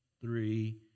three